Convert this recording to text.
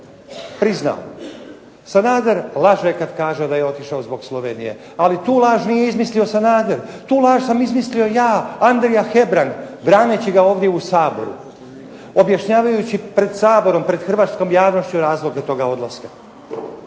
priznao, Sanader laže kad kaže da je otišao zbog Slovenije, ali tu laž nije izmislio Sanader, tu laž sam izmislio ja Andrija Hebrang braneći ga ovdje u Saboru, objašnjavajući pred Saborom, pred hrvatskom javnošću razloge toga odlaska.